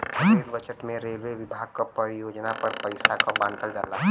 rail budget में railway विभाग क परियोजना पर पइसा क बांटल जाला